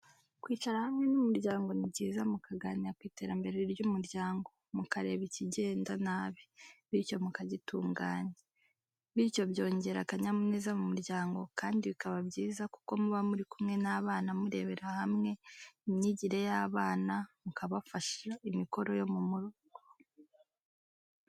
Kwicara hamwe n'umuryango ni byiza mukaganira ku iterambere ry'umuryango mukareba ikigenda nabi, bityo mukagitunganya. Bityo byongera akanyamuneza mu muryango kandi bikaba byiza kuko muba murikumwe n'abana murebera hamwe imyigire y'abana mukabafasha imikoro yo mu rugo.